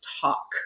Talk